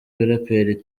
abaraperi